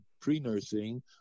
pre-nursing